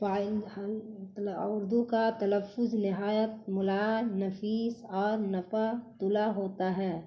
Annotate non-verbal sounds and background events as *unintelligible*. *unintelligible* اردو کا تلفظ نہایت *unintelligible* نفیس اور نفع طبع ہوتا ہے